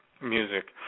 music